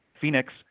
Phoenix